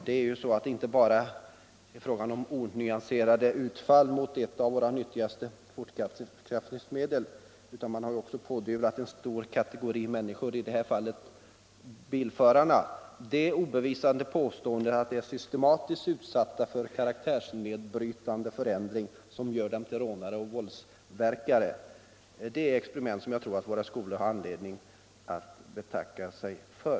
Det är inte heller bara fråga om onyanserade utfall mot ett av våra nyttigaste fortskaffningsmedel, utan en stor kategori människor — i det här fallet bilförarna — har pådyvlats det obevisade påståendet, att de systematiskt är utsatta för karaktärsnedbrytande förändringar, som gör dem till rånare och våldsverkare. Sådana experiment tror jag att våra skolor har anledning att betacka sig för.